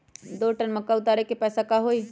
दो टन मक्का उतारे के पैसा का होई?